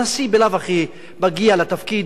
נשיא בלאו הכי מגיע לתפקיד,